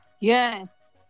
Yes